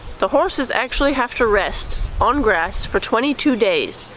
the horses actually have to rest on grass for twenty two days.